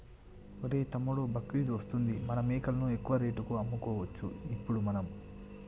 ఒరేయ్ తమ్ముడు బక్రీద్ వస్తుంది మన మేకలను ఎక్కువ రేటుకి అమ్ముకోవచ్చు ఇప్పుడు మనము